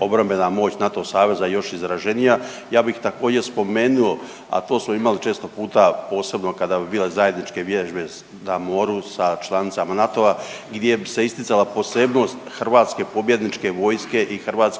obrambena moć NATO saveza još izraženija. Ja bih također spomenuo a to smo imali često puta posebno kada bi bile zajedničke vježbe na moru sa članicama NATO-a gdje bi se isticala posebnost hrvatske pobjedničke vojske i Hrvatske